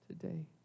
today